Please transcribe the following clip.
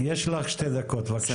יש לך שתי דקות, בבקשה.